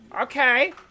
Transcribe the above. Okay